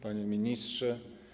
Panie Ministrze!